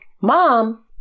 mom